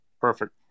Perfect